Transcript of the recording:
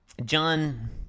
John